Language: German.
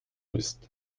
ist